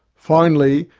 finally,